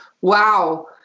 wow